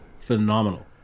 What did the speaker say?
phenomenal